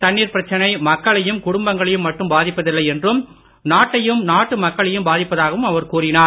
தண்ணீர் பிரச்சனை மக்களையும் குடும்பங்களையும் மட்டும் பாதிப்பதில்லை என்றும் நாட்டையும் நாட்டு மக்களையும் பாதிப்பதாகவும் அவர் கூறினார்